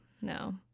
no